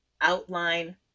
outline